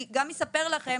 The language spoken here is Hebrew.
אני גם אספר לכם